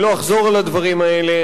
לא אחזור על הדברים האלה,